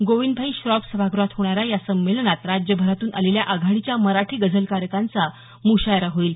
गोविंदभाई श्रॉफ सभागृहात होणाऱ्या या संमेलनात राज्यभरातून आलेल्या आघाडीच्या मराठी गझलकारांचा मुशायरा होईल